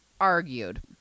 argued